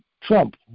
Trump